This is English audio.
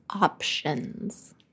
options